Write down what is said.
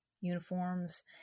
uniforms